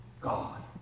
God